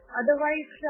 otherwise